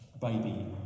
baby